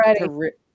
ready